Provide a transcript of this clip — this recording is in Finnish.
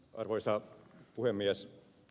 arvoisa puhemies